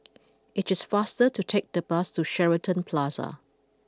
it is faster to take the bus to Shenton Plaza